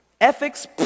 Ethics